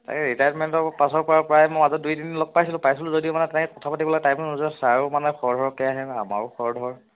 তাকে ৰিটায়াৰমেণ্টৰ পাছৰ পৰা প্ৰায় মই মাজত দুই এদিন লগ পাইছিলোঁ পাইছিলোঁ যদিও মানে তেনেকৈ কথা পাতিবলৈ টাইম নাযায় ছাৰৰো মানে খৰধৰকৈ আহে নহ্ আমাৰো খৰধৰ